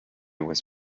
was